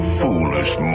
foolish